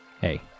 Hey